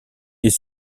est